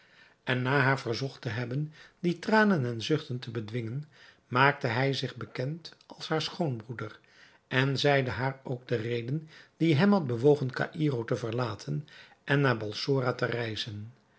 en na haar verzocht te hebben die tranen en zuchten te bedwingen maakte hij zich bekend als haar schoonbroeder en zeide haar ook de reden die hem had bewogen caïro te verlaten en naar balsora te reizen